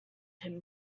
him